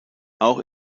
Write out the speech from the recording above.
auch